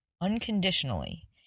unconditionally